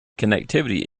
connectivity